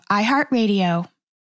iHeartRadio